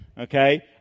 Okay